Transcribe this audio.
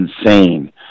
insane